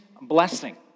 blessing